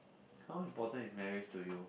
how important is marriage to you